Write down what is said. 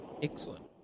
Excellent